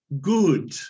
Good